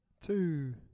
Two